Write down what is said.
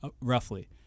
roughly